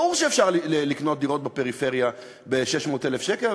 ברור שאפשר לקנות דירות בפריפריה ב-600,000 שקל,